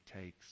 takes